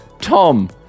Tom